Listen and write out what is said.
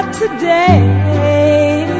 today